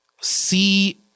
see